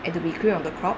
and to be cream of the crop